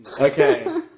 Okay